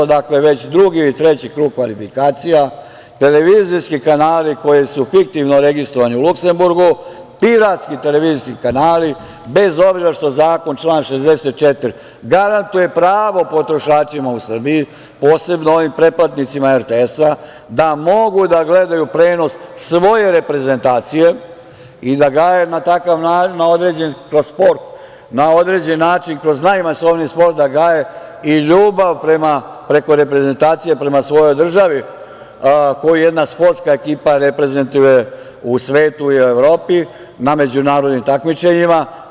Dakle, već drugi ili treći krug kvalifikacija, televizijski kanali koji su fiktivno registrovani u Luksemburgu, piratski televizijski kanali, bez obzira što zakon, član 64, garantuje pravo potrošačima u Srbiji, posebno onim pretplatnicima RTS-a, da mogu da gledaju prenos svoje reprezentacije i da gaje, kroz sport, na određeni način, kroz najmasovniji sport, da gaje i ljubav, preko reprezentacije, prema svojoj državi koju jedna sportska ekipa reprezentuje u svetu i u Evropi na međunarodnim takmičenjima.